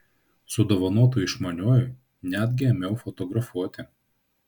su dovanotu išmaniuoju netgi ėmiau fotografuoti